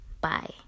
Bye